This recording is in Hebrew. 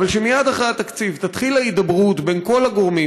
אבל שמייד אחרי התקציב תתחיל ההידברות בין כל הגורמים,